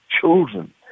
children